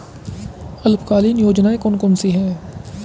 अल्पकालीन योजनाएं कौन कौन सी हैं?